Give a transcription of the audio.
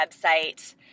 website